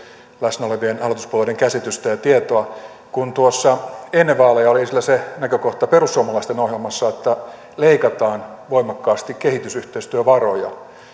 läsnä olevien hallituspuolueiden käsitystä ja tietoa kun tuossa ennen vaaleja oli esillä se näkökohta perussuomalaisten ohjelmassa että leikataan voimakkaasti kehitysyhteistyövaroja tämä